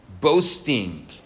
Boasting